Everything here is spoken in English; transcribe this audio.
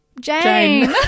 Jane